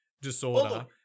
disorder